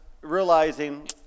realizing